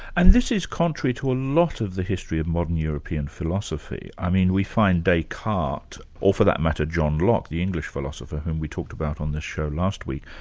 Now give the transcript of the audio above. and this is contrary to a lot of the history of modern european philosophy, i mean we find descartes or for that matter john locke, the english philosopher whom we talked about on this show last week,